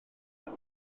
ogof